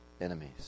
enemies